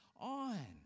on